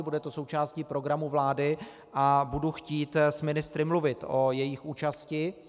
Bude to součástí programu vlády a budu chtít s ministry mluvit o jejich účasti.